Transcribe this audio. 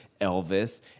elvis